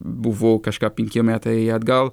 buvo kažką penki metai atgal